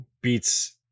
beats